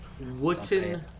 wooden